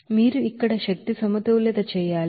మీరు అక్కడ energy balance ను చేయాలి